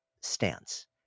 stance